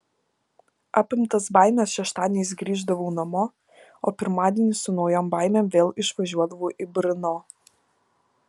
apimtas baimės šeštadieniais grįždavau namo o pirmadienį su naujom baimėm vėl išvažiuodavau į brno